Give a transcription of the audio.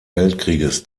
weltkrieges